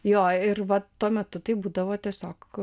jo ir vat tuo metu tai būdavo tiesiog